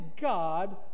God